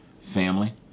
family